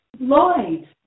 Lloyd